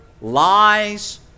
lies